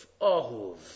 Ahuv